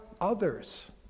others